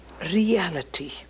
reality